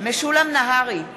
משולם נהרי,